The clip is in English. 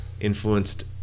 influenced